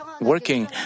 working